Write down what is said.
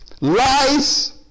Lies